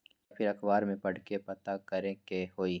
या फिर अखबार में पढ़कर के पता करे के होई?